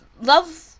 love